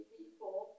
people